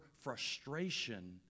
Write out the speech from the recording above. frustration